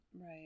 Right